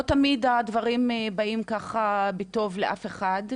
לא תמיד הדברים באים בטוב לכולם,